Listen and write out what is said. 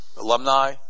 Alumni